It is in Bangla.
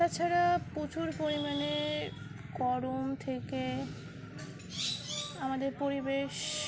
তাছাড়া প্রচুর পরিমাণে গরম থেকে আমাদের পরিবেশ